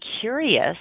curious